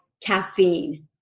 caffeine